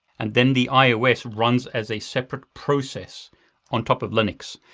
and then the ios runs as a separate process on top of linux,